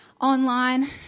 online